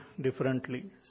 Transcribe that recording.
differently